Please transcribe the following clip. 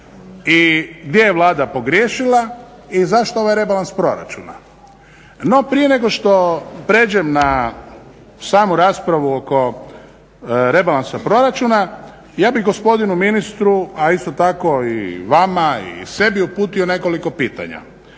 i gdje je Vlada pogriješila i zašto ovaj rebalans proračuna. No prije nego što pređem na samu raspravu oko rebalansa proračuna. Ja bih gospodinu ministru, a isto tako i vama i sebi uputio nekoliko pitanja.